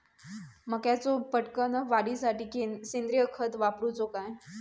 मक्याचो पटकन वाढीसाठी सेंद्रिय खत वापरूचो काय?